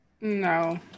No